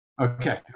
Okay